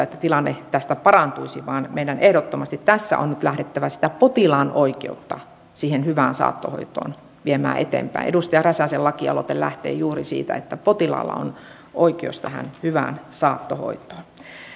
että tilanne tästä parantuisi vaan meidän on ehdottomasti tässä nyt lähdettävä sitä potilaan oikeutta siihen hyvään saattohoitoon viemään eteenpäin edustaja räsäsen lakialoite lähtee juuri siitä että potilaalla on oikeus tähän hyvään saattohoitoon